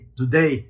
today